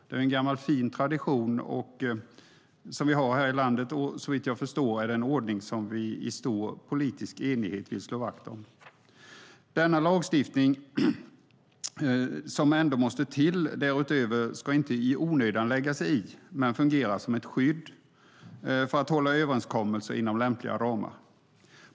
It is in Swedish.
Det är en gammal fin tradition här i landet, och det är så vitt jag förstår en ordning som vi i stor politisk enighet vill slå vakt om. Den lagstiftning som därutöver måste till ska inte i onödan lägga sig i men fungera som ett skydd för att hålla överenskommelser inom lämpliga ramar.